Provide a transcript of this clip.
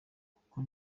kuko